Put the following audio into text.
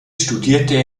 studierte